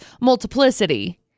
Multiplicity